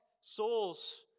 souls